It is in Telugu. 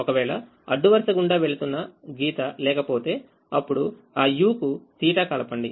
ఒకవేళ అడ్డు వరుస గుండా వెళ్తున్న గీత లేకపోతే అప్పుడు ఆ uకుθ కలపండి